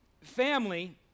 family